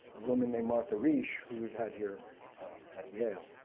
woman named martha riche who we've had here at yale.